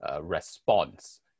response